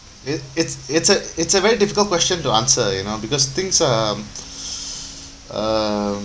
it it's it's a it's a very difficult question to answer you know because things uh um